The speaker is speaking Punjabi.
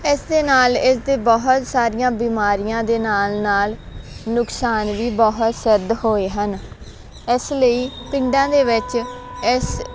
ਇਸ ਦੇ ਨਾਲ ਇਸ ਦੇ ਬਹੁਤ ਸਾਰੀਆਂ ਬਿਮਾਰੀਆਂ ਦੇ ਨਾਲ ਨਾਲ ਨੁਕਸਾਨ ਵੀ ਬਹੁਤ ਸਿੱਧ ਹੋਏ ਹਨ ਇਸ ਲਈ ਪਿੰਡਾਂ ਦੇ ਵਿੱਚ ਇਸ